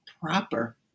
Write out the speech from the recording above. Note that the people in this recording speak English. proper